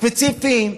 ספציפיים,